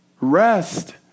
Rest